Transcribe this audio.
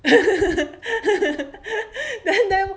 then then